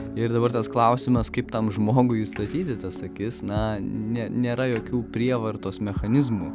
ir dabar tas klausimas kaip tam žmogui įstatyti tas akis na ne nėra jokių prievartos mechanizmų